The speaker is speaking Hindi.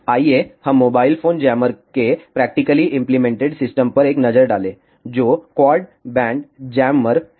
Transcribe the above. आइए हम मोबाइल फोन जैमर के प्रैक्टिकली इंप्लीमेंटेड सिस्टम पर एक नजर डालें जो क्वाड बैंड जैमर है